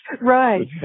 Right